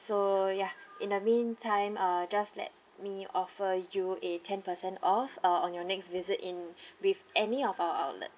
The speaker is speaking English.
so ya in the meantime uh just let me offer you a ten percent off uh on your next visit in with any of our outlet